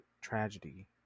tragedy